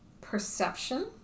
perception